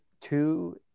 two